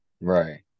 Right